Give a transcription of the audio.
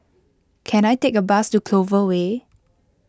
can I take a bus to Clover Way